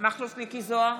מכלוף מיקי זוהר,